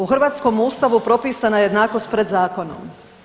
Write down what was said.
U hrvatskom Ustavu propisana je jednakost pred zakonom.